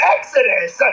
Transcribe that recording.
Exodus